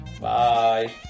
Bye